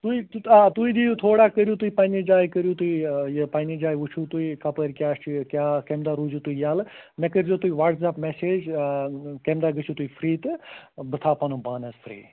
تُہۍ آ تُہۍ دیو تھوڑا کٔرِو تُہۍ پننہٕ جایہِ کرِو تُہۍ یہِ ٲں یہِ پننہِ جایہِ وُچھو تُہۍ یہِ کپٲرۍ کیٛاہ چھُ کیٛاہ کَمہِ دۄہ روزِو تُہۍ ییٚلہٕ مےٚ کرزیٛو تُہۍ واٹٕس اَپ میسیج ٲں کمہِ دۄہ گژھِو تُہۍ فرٛی تہٕ ٲں بہٕ تھاو پنُن پان حَظ فرٛی